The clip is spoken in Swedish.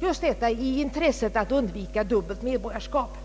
tillämpas, just på grund av intresset att undvika dubbelt medborgarskap.